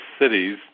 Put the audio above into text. cities